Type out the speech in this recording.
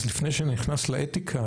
אז לפני שנכנס לאתיקה,